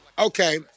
Okay